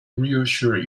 reassure